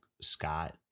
Scott